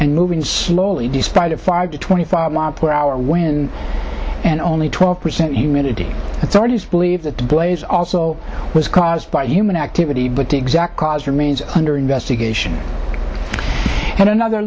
and moving slowly despite a five to twenty five mile per hour wind and only twelve percent humidity authorities believe that the blaze also was caused by human activity but the exact cause remains under investigation and another